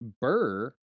Burr